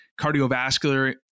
cardiovascular